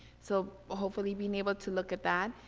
so ah hopefully being able to look at that.